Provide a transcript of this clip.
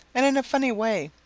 and in a funny way.